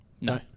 No